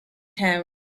town